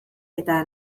eta